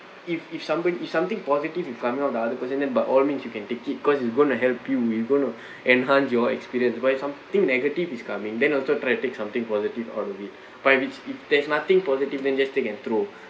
if if somebody if something positive is coming out the other person then by all means you can take it cause it going to help you with going to enhance your experience but if something negative is coming then also try to take something positive out of it but if if there's nothing positive then just take and throw